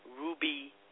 Ruby